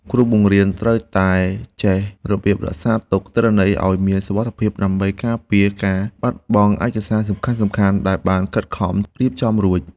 គ្រូបង្រៀនត្រូវចេះរបៀបរក្សាទុកទិន្នន័យឱ្យមានសុវត្ថិភាពដើម្បីការពារការបាត់បង់ឯកសារសំខាន់ៗដែលបានខិតខំរៀបចំរួច។